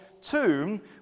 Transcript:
tomb